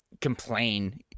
complain